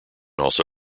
also